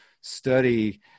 study